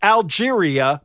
Algeria